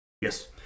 yes